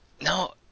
No